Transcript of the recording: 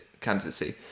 candidacy